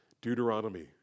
Deuteronomy